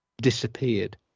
disappeared